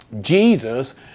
Jesus